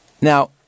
Now